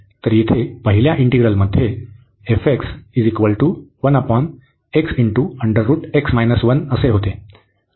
तर येथे पहिल्या इंटिग्रल मध्ये f होते